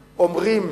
אומרים: